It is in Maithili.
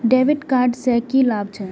डेविट कार्ड से की लाभ छै?